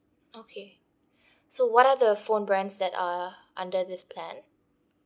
okay so what are the phone brands that are under this plan